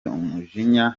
umujinya